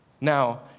Now